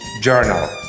Journal